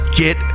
get